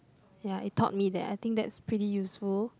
ya it taught me that I think that's pretty useful